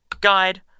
Guide